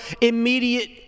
immediate